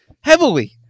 heavily